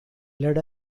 lead